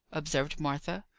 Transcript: observed martha.